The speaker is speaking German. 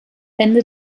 ende